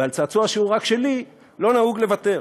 ועל צעצוע שהוא "רק שלי" לא נהוג לוותר.